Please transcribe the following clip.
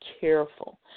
careful